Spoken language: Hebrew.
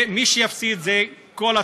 ומי שיפסיד זה כל הצדדים.